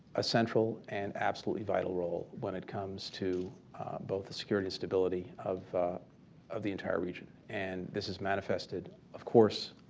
a central and absolutely vital role when it comes to both the security and stability of of the entire region. and this is manifested, of course,